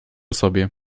sobie